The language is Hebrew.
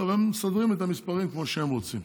טוב, הם מסדרים את המספרים כמו שהם רוצים.